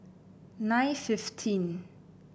nine fifteen